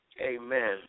Amen